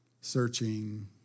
searching